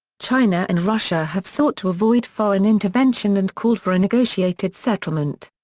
china and russia have sought to avoid foreign intervention and called for a negotiated settlement.